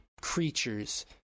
creatures